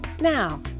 Now